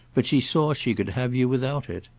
but she saw she could have you without it.